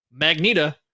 Magneta